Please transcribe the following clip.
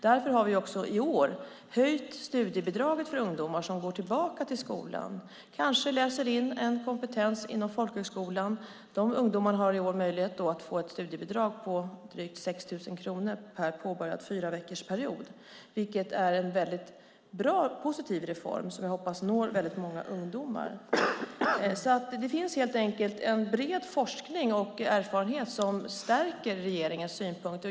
Därför har vi i år höjt studiebidraget till ungdomar som går tillbaka till skolan, kanske läser in en kompetens inom folkhögskolan. Dessa ungdomar har i år möjlighet att få ett studiebidrag på drygt 6 000 kronor per påbörjad fyraveckorsperiod, vilket är en bra och positiv reform som vi hoppas når många ungdomar. Det finns helt enkelt en bred forskning och erfarenhet som stärker regeringens synpunkt.